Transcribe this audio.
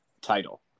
title